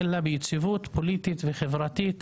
אלא ביציבות פוליטית וחברתית